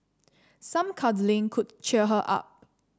some cuddling could cheer her up